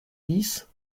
dix